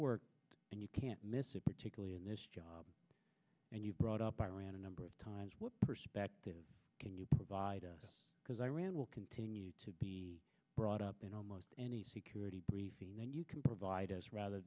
worked and you can't miss it particularly in this job and you brought up iran a number of times what perspective can you provide us because iran continue to be brought up in almost any security briefing that you can provide us rather